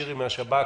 ש' מהשב"כ,